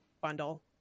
bundle